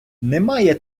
немає